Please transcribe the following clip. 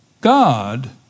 God